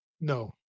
no